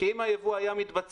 כי אם הייבוא היה מתבצע,